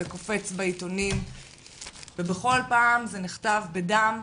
זה קופץ בעיתונים ובכל פעם זה נכתב בדם.